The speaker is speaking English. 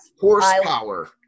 Horsepower